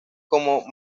como